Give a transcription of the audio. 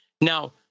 Now